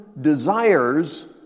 desires